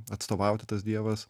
atstovauti tas dievas